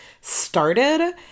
started